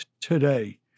today